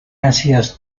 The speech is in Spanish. hacías